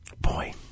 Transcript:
Boy